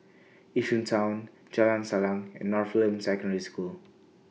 Yishun Town Jalan Salang and Northland Secondary School